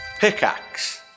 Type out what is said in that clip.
Pickaxe